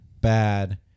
bad